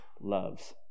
loves